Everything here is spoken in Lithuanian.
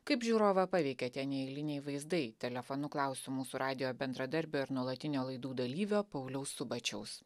kaip žiūrovą paveikia tie neeiliniai vaizdai telefonu klausiu mūsų radijo bendradarbio ir nuolatinio laidų dalyvio pauliaus subačiaus